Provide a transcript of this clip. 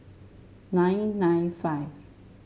nine nine five